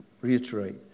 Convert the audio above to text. reiterate